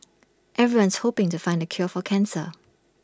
everyone's hoping to find the cure for cancer